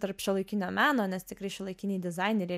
tarp šiuolaikinio meno nes tikrai šiuolaikiniai dizaineriai